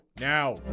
Now